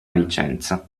licenza